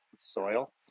soil